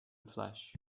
flesh